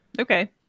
Okay